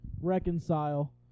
reconcile